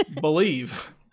Believe